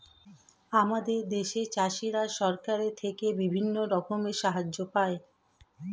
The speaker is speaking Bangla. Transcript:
আমাদের দেশের চাষিরা সরকারের থেকে বিভিন্ন রকমের সাহায্য পায়